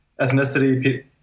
ethnicity